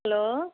hello